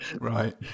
right